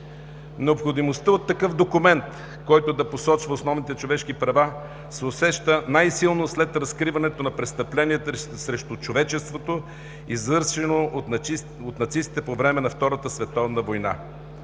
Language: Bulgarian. Необходимостта от такъв документ, който да посочва основните човешки права, се усеща най-силно след разкриването на престъпленията срещу човечеството, извършени от нацистите по време на Втората световна война.